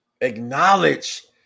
Acknowledge